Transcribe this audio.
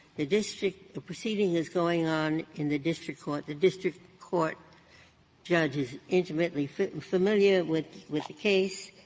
a district a proceeding is going on in the district court. the district court judge is intimately familiar with with the case.